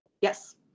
Yes